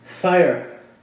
Fire